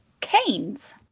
Canes